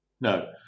no